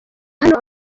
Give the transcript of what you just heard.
hano